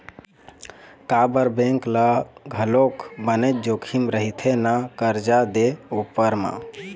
काबर बेंक ल घलोक बनेच जोखिम रहिथे ना करजा दे उपर म